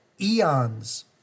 eons